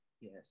yes